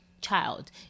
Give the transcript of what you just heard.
child